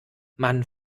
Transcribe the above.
man